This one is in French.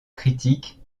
critiques